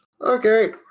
Okay